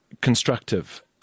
constructive